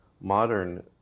modern